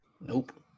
Nope